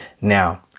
now